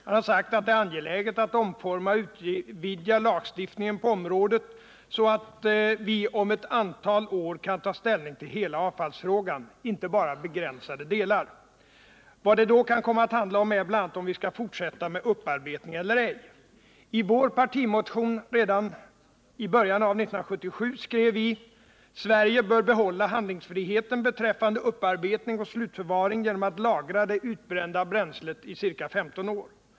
Han har sagt att det är angeläget att omforma och utvidga lagstiftningen på området så att vi om ett antal år kan ta ställning till hela avfallsfrågan, inte bara begränsade delar. Vad det då kan komma att handla om är bl.a. om vi skall fortsätta med upparbetning eller ej. I vår partimotion redan i början av 1977 skrev vi: Sverige bör behålla handlingsfriheten beträffande upparbetning och slutförvaring genom att lagra det utbrända bränslet i ca 15 år.